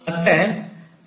अत ऐसा करना आवश्यक है